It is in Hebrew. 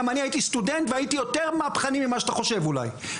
גם אני הייתי סטודנט והייתי יותר מהפכני ממה שאתה חושב אולי.